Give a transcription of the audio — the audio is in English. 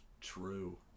True